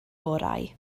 orau